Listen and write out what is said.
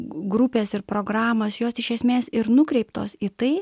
grupės ir programos jos iš esmės ir nukreiptos į tai